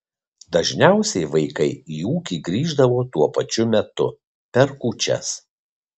dažniausiai vaikai į ūkį grįždavo tuo pačiu metu per kūčias